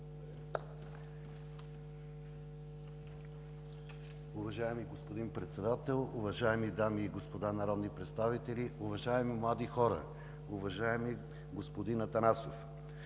Уважаеми господин Председател, уважаеми дами и господа народни представители, уважаеми млади хора! Уважаеми господин Атанасов,